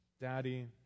Daddy